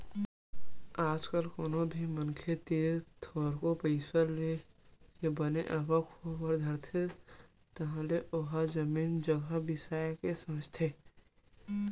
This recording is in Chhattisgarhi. आज कल कोनो भी मनखे तीर थोरको पइसा के बने आवक होय बर धरथे तहाले ओहा जमीन जघा बिसाय के सोचथे